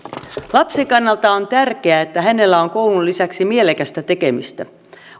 lapsen kannalta on tärkeää että hänellä on koulun lisäksi mielekästä tekemistä